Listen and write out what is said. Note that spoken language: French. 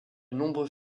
nombreux